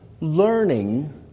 learning